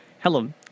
Hello